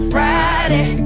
Friday